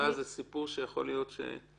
כי אז זה יכול להיות סיפור שיימשך.